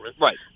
Right